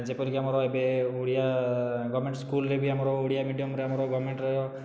ଯେପରିକି ଆମର ଏବେ ଓଡ଼ିଆ ଗଭର୍ଣ୍ଣମେଣ୍ଟ ସ୍କୁଲରେ ବି ଆମର ଓଡ଼ିଆ ମିଡ଼ିଅମରେ ଆମର ଗଭର୍ଣ୍ଣମେଣ୍ଟ